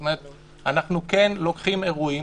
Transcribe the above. זאת אומרת שאנחנו כן לוקחים אירועים,